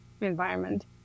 environment